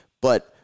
but-